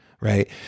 right